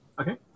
Okay